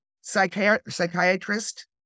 Psychiatrist